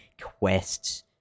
quests